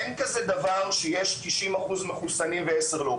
אין כזה דבר שיש 90% מחוסנים ו-10% לא.